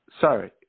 Sorry